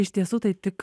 iš tiesų tai tik